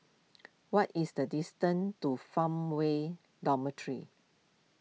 what is the distance to Farmway Dormitory